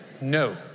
no